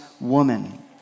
woman